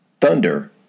Thunder